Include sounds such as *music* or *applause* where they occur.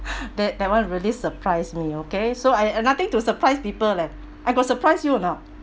*breath* that that one really surprise me okay so I uh nothing to surprise people leh I got surprise you or not